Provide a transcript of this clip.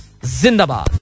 Zindabad